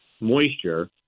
moisture